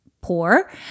poor